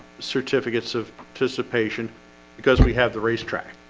certificates of participation because we have the racetrack